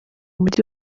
mujyi